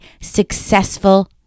successful